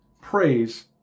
Praise